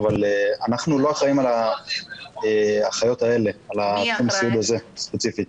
אבל אנחנו לא אחראים על התחום סיעוד הזה ספציפית.